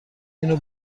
اینو